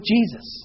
Jesus